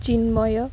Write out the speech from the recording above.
Chinmay